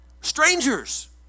Strangers